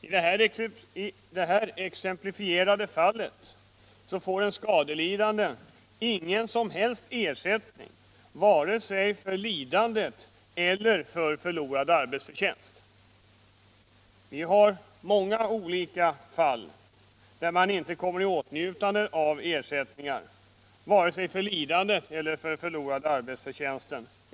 I det här exemplifierade fallet får en skadelidande ingen som helst ersättning, vare sig för lidande eller för förlorad arbetsförtjänst. Det finns många olika fall där arbetare inte kommer i åtnjutande av ersättningar vare sig för lidande eller för förlorad arbetsförtjänst.